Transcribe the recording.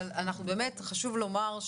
אבל באמת חשוב לומר,